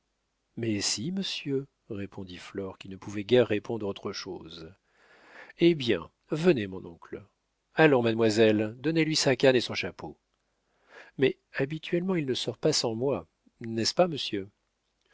mais si monsieur répondit flore qui ne pouvait guère répondre autre chose hé bien venez mon oncle allons mademoiselle donnez-lui sa canne et son chapeau mais habituellement il ne sort pas sans moi n'est-ce pas monsieur